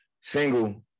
single